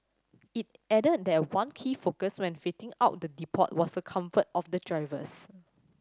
he added that one key focus when fitting out the depot was the comfort of the drivers